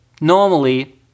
normally